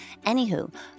Anywho